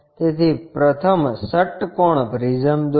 તેથી પ્રથમ ષટ્કોણ પ્રિઝમ દોરો